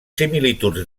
similituds